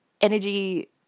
energy